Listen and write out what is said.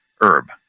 herb